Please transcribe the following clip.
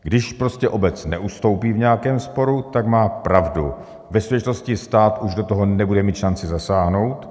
Když prostě obec neustoupí v nějakém sporu, tak má pravdu, ve skutečnosti stát už do toho nebude mít šanci zasáhnout.